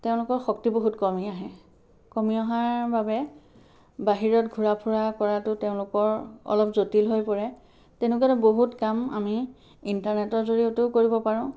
তেওঁলোকৰ শক্তি বহুত কমি আহে কমি অহাৰ বাবে বাহিৰত ঘূৰা ফুৰা কৰাটো তেওঁলোকৰ অলপ জটিল হৈ পৰে তেনেকুৱাতে বহুত কাম আমি ইণ্টাৰনেটৰ জড়িয়তেও কৰিব পাৰোঁ